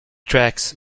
tracks